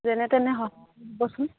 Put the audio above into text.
যেনে তেনে সহায় চোন